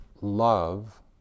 Love